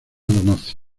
nazi